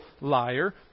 liar